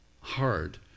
hard